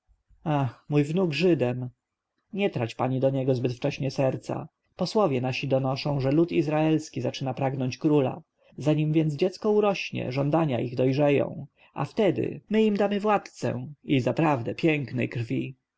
ach mój wnuk żydem nie trać pani do niego zbyt wcześnie serca posłowie nasi donoszą że lud izraelski zaczyna pragnąć króla zanim więc dziecko urośnie żądania ich dojrzeją a wtedy my im damy władcę i zaprawdę pięknej krwi